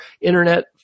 Internet